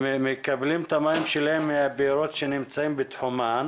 מקבלים את המים שלהם מהבארות שנמצאים בתחומם